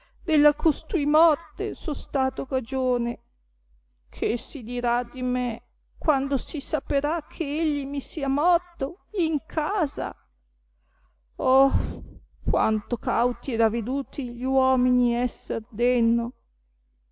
della costui morte son stato cagione che si dirà di me quando si saperà che egli mi sia morto in casa oh quanto cauti ed aveduti gli uomini esser denno